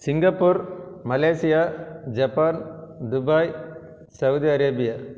Singapore Malaysia Japan Dubai Saudi Arabia